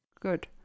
Good